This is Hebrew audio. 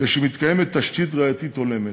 ושמתקיימת תשתית ראייתית הולמת.